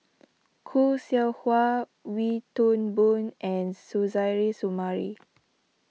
Khoo Seow Hwa Wee Toon Boon and Suzairhe Sumari